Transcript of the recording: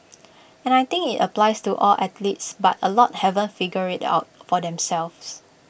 and I think IT applies to all athletes but A lot haven't figured IT out for themselves